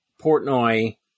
Portnoy